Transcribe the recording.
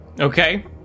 okay